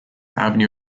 avenue